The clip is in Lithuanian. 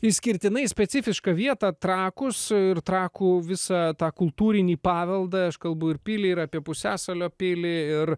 išskirtinai specifišką vietą trakus ir trakų visa tą kultūrinį paveldą aš kalbu ir pilį ir apie pusiasalio pilį ir